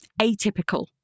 atypical